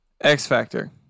X-Factor